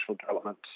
development